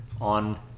on